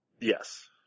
Yes